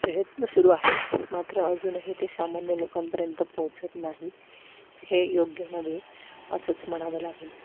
प्रयत्न सुरू आहेत मात्र अजूनही ते सामान्य लोकांपर्यंत पोहोचत नाहीत हे योग्य नव्हे असंच म्हणावं लागेल